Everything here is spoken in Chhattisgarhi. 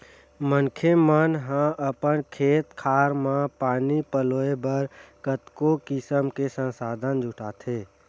मनखे मन ह अपन खेत खार म पानी पलोय बर कतको किसम के संसाधन जुटाथे